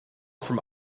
from